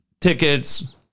tickets